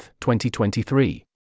2023